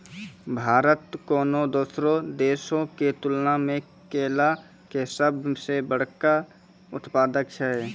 भारत कोनो दोसरो देशो के तुलना मे केला के सभ से बड़का उत्पादक छै